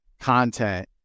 content